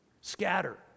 Scatter